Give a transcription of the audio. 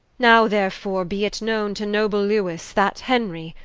now therefore be it knowne to noble lewis, that henry,